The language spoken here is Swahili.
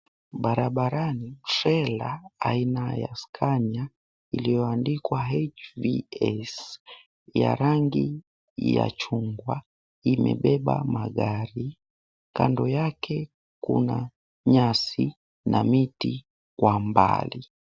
Barabarani fela aina ya skania iliyoandikwa HVS ya rangi ya chungwa imebeba magari kando yake, kuna nyasi na miti 𝑘wa umbali.